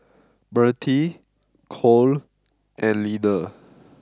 Mirtie Cole and Leaner